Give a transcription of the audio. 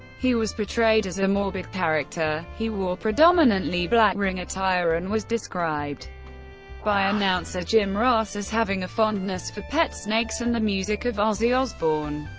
he was portrayed as a morbid character he wore predominantly black ring attire and was described by announcer jim ross as having a fondness for pet snakes and the music of ozzy osbourne.